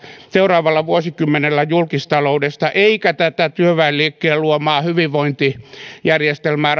seuraavalla vuosikymmenellä meidän julkistaloudestamme eikä tätä työväenliikkeen luomaa hyvinvointijärjestelmää